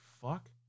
fuck